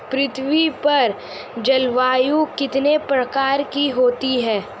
पृथ्वी पर जलवायु कितने प्रकार की होती है?